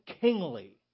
kingly